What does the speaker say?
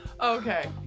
Okay